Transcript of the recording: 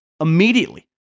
immediately